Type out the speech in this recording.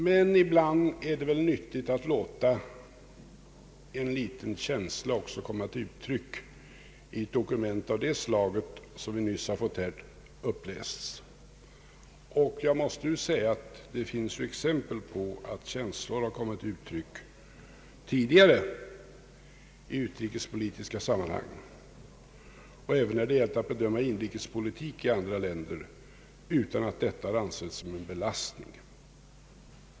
Men ibland är det nyttigt att låta en liten känsla komma till uttryck i ett dokument av det slag som vi nyss här har fått uppläst. Jag måste säga att det finns exempel på att känslor har kommit till uttryck tidigare i utrikespolitiska sammanhang och även när det gällt att bedöma inrikespolitik i andra länder — utan att detta har ansetts som någon belastning.